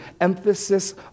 emphasis